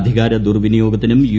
അധികാര ദൂർവിന്റിയോഗത്തിനും യു